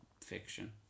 fiction